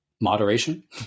Moderation